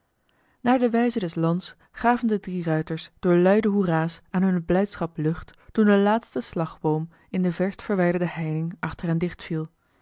naar de wijze des lands gaven de drie ruiters door luide hoera's aan hunne blijdschap lucht toen de laatste slagboom in de verst verwijderde heining achter hen dicht viel